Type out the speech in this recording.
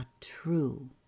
true